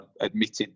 admitted